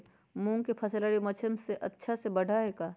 मूंग के फसल रबी मौसम में अच्छा से बढ़ ले का?